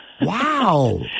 Wow